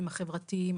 החברתיים,